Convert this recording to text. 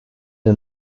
not